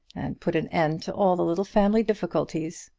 and put an end to all the little family difficulties!